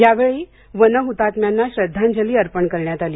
यावेळी वन हुतात्म्यांना श्रद्धांजली अर्पण करण्यात आली